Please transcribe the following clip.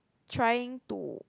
trying to